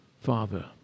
Father